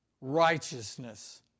righteousness